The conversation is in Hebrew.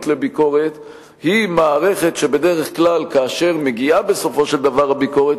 לביקורת היא מערכת שבדרך כלל כאשר מגיעה בסופו של דבר ביקורת